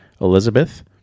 Elizabeth